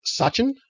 Sachin